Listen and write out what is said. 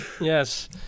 yes